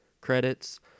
Credits